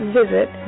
visit